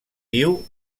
viu